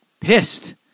pissed